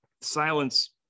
silence